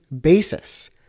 basis